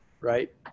Right